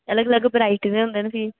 अलग अलग वरायटी दे हुंदे न फ्ही